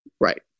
Right